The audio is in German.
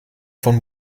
von